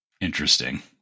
interesting